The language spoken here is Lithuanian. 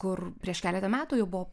kur prieš keletą metų jau buvo